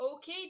Okay